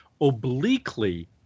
obliquely